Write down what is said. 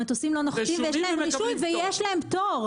המטוסים לא נוחתים, יש להם רישוי ויש להם פטור.